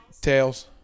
Tails